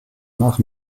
nach